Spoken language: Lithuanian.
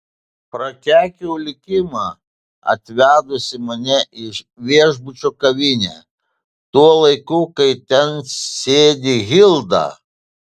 prakeikiau likimą atvedusį mane į viešbučio kavinę tuo laiku kai ten sėdi hilda